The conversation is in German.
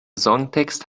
songtext